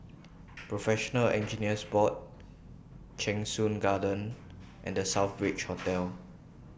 Professional Engineers Board Cheng Soon Garden and The Southbridge Hotel